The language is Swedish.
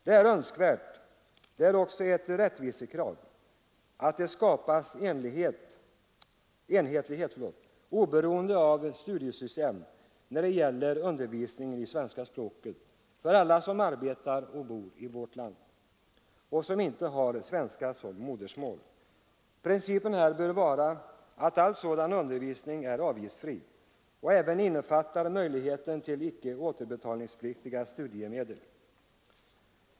Det är önskvärt och ett rättvisekrav att det skapas enhetlighet oberoende av studiesystem när det gäller undervisningen i svenska språket för alla dem som arbetar och bor i vårt land och som inte har svenska som modersmål. Principen bör vara att all sådan undervisning är avgiftsfri och även innefattar möjlighet till icke återbetalningspliktiga studiemedel.